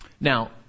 Now